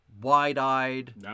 wide-eyed